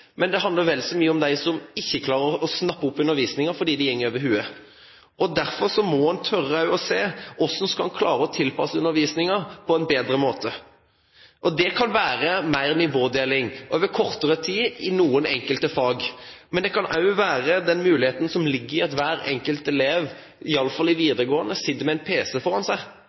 men det handler vel så mye om dem som ikke klarer å snappe opp undervisningen fordi den går over hodet på dem. Derfor må en tørre å se på hvordan en skal klare å tilpasse undervisningen på en bedre måte. Det kan være mer nivådeling, over kortere tid i noen enkelte fag, men det kan også være den muligheten som ligger i at hver enkelt elev, iallfall i videregående, sitter med en PC foran seg.